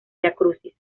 viacrucis